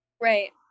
Right